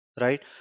right